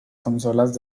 consolas